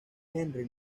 henry